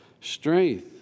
strength